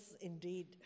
indeed